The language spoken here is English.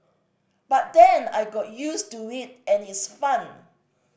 but then I got used to it and its fun